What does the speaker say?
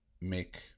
make